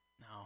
No